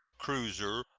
cruiser,